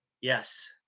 Yes